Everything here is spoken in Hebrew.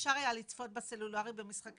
אפשר היה לצפות בסלולרי במשחקי